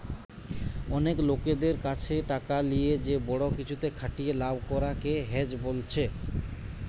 অনেক লোকদের কাছে টাকা লিয়ে যে বড়ো কিছুতে খাটিয়ে লাভ করা কে হেজ বোলছে